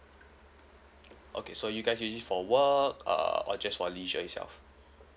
okay so you guys use it for work err or just for leisure itself